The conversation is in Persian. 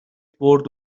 برد